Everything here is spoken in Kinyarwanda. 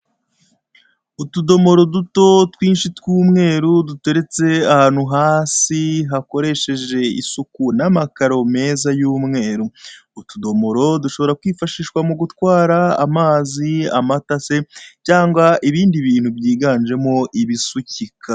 Utudomoro duto twinshi tw'umweru duteretse ahantu hasi, hakoresheje isuku n'amakaro meza y'umweru. Utudomoro dushobora kwifashishwa mu gutwara amazi amata se cyangwa ibindi bintu byiganjemo ibisukika.